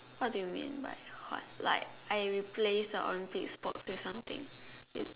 what do you mean by sport like I replace a Olympics sport or something you